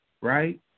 right